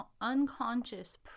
unconscious